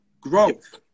Growth